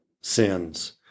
sins